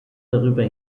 darüber